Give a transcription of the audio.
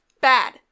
bad